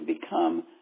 become